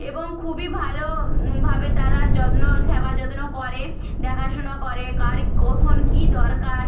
এবং খুবই ভালো ভাবে তারা যত্ন সেবা যত্ন করে দেখাশোনা করে কার কখন কী দরকার